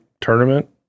tournament